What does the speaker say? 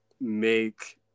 make –